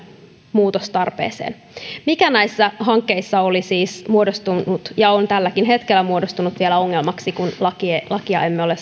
muutostarpeeseen mikä näissä hankkeissa oli siis muodostunut ja on vielä tälläkin hetkellä muodostunut ongelmaksi kun lakia emme ole